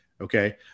okay